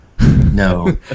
No